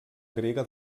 grega